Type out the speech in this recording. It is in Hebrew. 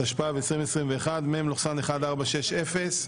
התשפ"ב-2021, מ/1460.